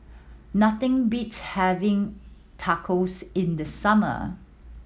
nothing beats having Tacos in the summer